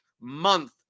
month